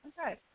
okay